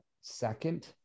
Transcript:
second